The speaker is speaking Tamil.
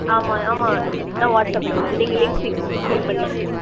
ஆமாம் ஆமாம் இதுதான் வாட்ஸ்அப் நம்பர் நீங்கள் லிங்க் செக் பண்ணி செண்ட் பண்ணிடுங்க